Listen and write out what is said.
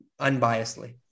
unbiasedly